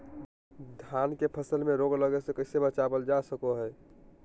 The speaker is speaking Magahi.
धान के फसल में रोग लगे से कैसे बचाबल जा सको हय?